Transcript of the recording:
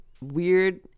weird